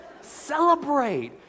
celebrate